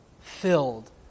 filled